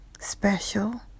special